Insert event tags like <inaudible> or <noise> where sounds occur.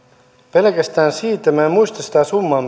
pelkästään siitä minä en muista sitä summaa <unintelligible>